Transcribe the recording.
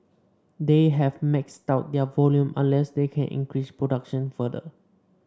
they have maxed out their volume unless they can increase production further